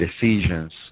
decisions